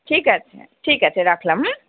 ঠিক আছে ঠিক আছে রাখলাম হুম